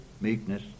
meekness